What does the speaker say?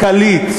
כלכלית.